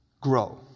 Grow